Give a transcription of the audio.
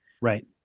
Right